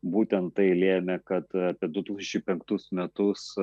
būtent tai lėmė kad apie du tūkstančiai penktus metus